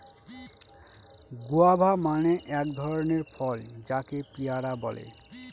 guava মানে এক ধরনের ফল যাকে পেয়ারা বলে